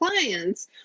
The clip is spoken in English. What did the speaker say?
clients